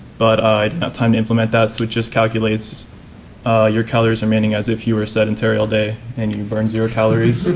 but i didn't have time to implement that so it just calculates your calories remaining as if you were sedentary all day and you burned zero calories.